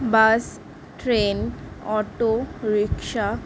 bus train auto rickshaw